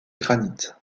granit